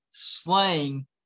Slaying